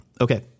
okay